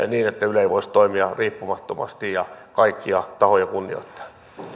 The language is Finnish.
niin että yle ei voisi toimia riippumattomasti ja kaikkia tahoja kunnioittaen